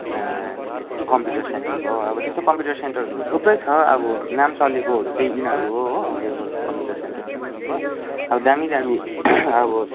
computer centre भयो अब त्यस्तो कम्प्युटर सेन्टरहरू थुप्रै छ अब नाम चलेकोहरू चाहिँ यिनीहरू हो हो वेबल कम्प्युटर सेन्टर अब दामी दामी अब